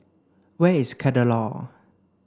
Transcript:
where is Kadaloor